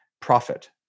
profit